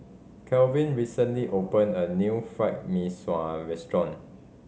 Calvin recently opened a new Fried Mee Sua restaurant